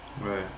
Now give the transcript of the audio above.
right